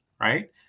right